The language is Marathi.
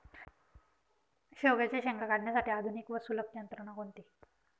शेवग्याच्या शेंगा काढण्यासाठी आधुनिक व सुलभ यंत्रणा कोणती?